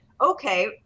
okay